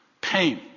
Pain